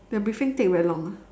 their briefing take very long ah